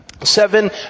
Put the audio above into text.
seven